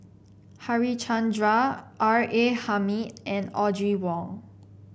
Harichandra R A Hamid and Audrey Wong